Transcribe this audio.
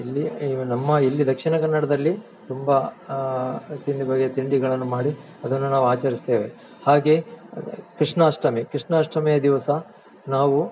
ಇಲ್ಲಿ ನಮ್ಮ ಇಲ್ಲಿ ದಕ್ಷಿಣ ಕನ್ನಡದಲ್ಲಿ ತುಂಬ ತಿಂಡಿ ಬಗೆಯ ತಿಂಡಿಗಳನ್ನು ಮಾಡಿ ಅದನ್ನು ನಾವು ಆಚರಿಸ್ತೇವೆ ಹಾಗೇ ಕೃಷ್ಣಾಷ್ಟಮಿ ಕೃಷ್ಣಾಷ್ಟಮಿಯ ದಿವಸ ನಾವು